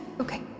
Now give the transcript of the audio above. Okay